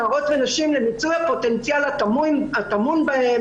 נערות ונשים למיצוי הפוטנציאל הטמון בהן